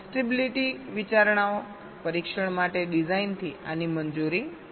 testability વિચારણાઓ પરીક્ષણ માટે ડિઝાઇનથી આની મંજૂરી નથી